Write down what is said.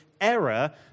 error